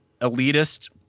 elitist